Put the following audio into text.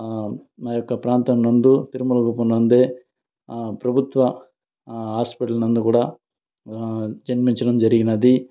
నా యొక్క ప్రాంతమునందు తిరుమల కుప్పం నందే ప్రభుత్వ హాస్పటల్ నందు కూడా జన్మించడం జరిగినది